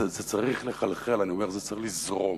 זה צריך לחלחל, זה צריך לזרום.